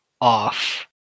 off